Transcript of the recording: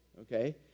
okay